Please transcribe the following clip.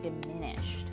diminished